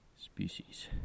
species